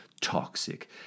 toxic